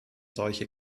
solche